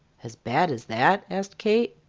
as bad as that? asked kate.